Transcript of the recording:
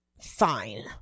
Fine